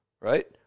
right